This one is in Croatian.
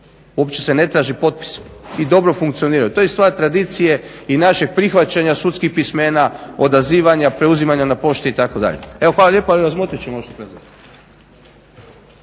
uopće se ne traži potpis i dobro funkcionira. To je stvar tradicije i našeg prihvaćanja sudskih pismena, odazivanja, preuzimanja na pošti itd. Evo hvala lijepa i razmotrit ćemo ono što